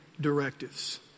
directives